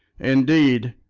indeed,